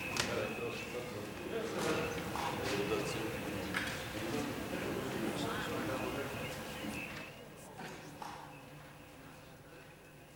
חוק החוזים (חלק כללי) (תיקון מס' 2),